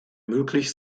möglich